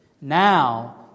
Now